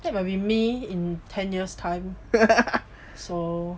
that will be me in ten years time so